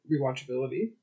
rewatchability